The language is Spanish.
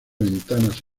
ventanas